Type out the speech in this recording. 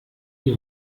die